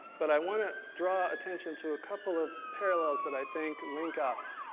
but i wanna draw attention to a couple of parallels that i think link up